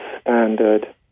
standard